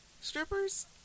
strippers